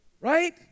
right